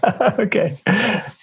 Okay